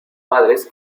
padres